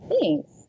Thanks